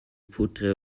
poutres